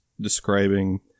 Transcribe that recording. describing